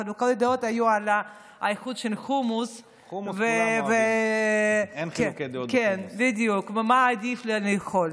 חילוקי הדעות היו על האיכות של החומוס ועל מה עדיף להם לאכול.